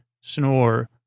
snore